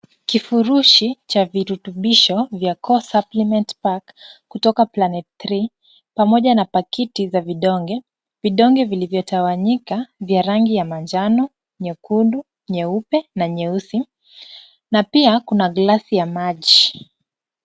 Kifurushi cha virutubisho vya Core Supplement Pack kutoka Planet 3 , pamoja na pakiti za vidonge. Vidonge vilivyotawanyika vya rangi ya manjano, nyekundu, nyeupe, na nyeusi, na pia kuna glasi ya maji.